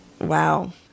wow